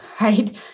Right